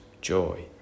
joy